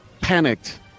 panicked